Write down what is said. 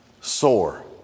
sore